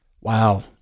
Wow